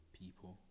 people